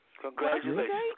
Congratulations